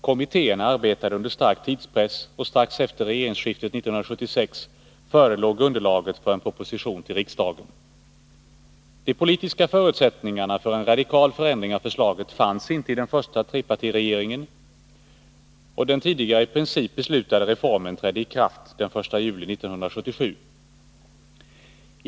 Kommittéerna arbetade under stark tidspress, och strax efter regeringsskiftet 1976 förelåg underlaget för en proposition till riksdagen. De politiska förutsättningarna för en radikal förändring av förslaget fanns inte i den första trepartiregeringen. Den tidigare i princip beslutade reformen trädde i kraft den 1 juli 1977.